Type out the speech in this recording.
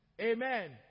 Amen